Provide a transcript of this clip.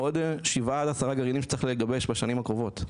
עוד 7-10 גרעינים שצריך לגבש בשנים הקרובות.